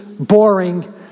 boring